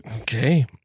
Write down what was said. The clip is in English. okay